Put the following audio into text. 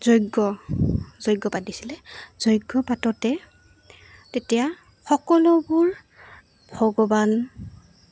যজ্ঞ যজ্ঞ পাতিছিলে যজ্ঞ পাতোতে তেতিয়া সকলোবোৰ ভগৱান